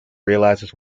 realizes